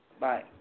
Bye